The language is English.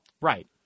Right